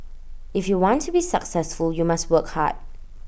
if you want to be successful you must work hard